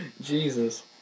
jesus